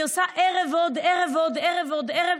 היא עושה ערב ועוד ערב ועוד ערב ועוד ערב.